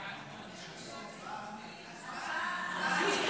כולם בעד.